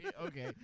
Okay